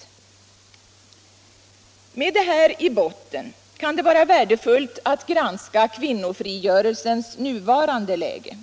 55 Med detta i botten kan det vara värdefullt att granska kvinnofrigörelsens nuvarande läge.